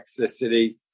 toxicity